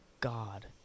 God